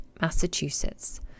Massachusetts